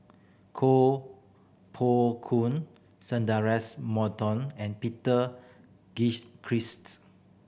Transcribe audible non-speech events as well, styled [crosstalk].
Koh Poh Koon Sundaresh Moton and Peter [unintelligible]